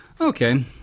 Okay